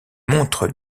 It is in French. montres